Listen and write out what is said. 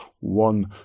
one